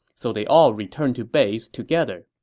so they all returned to base together